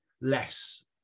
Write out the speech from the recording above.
less